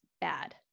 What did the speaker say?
bad